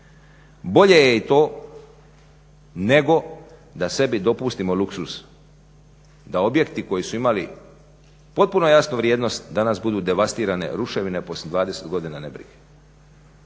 Bolje je i to nego da sebi dopustimo luksuz da objekti koji su imali potpunu jasnu vrijednost danas budu devastirane ruševine poslije 20 godina ne brige.